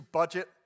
budget